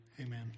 amen